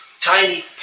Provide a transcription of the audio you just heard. tiny